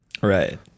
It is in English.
Right